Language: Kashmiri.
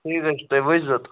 ٹھیٖک حظ چھُ تُہۍ وُچھ زیٚو